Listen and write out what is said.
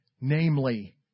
Namely